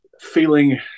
feeling